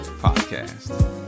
podcast